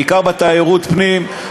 בעיקר בתיירות פנים,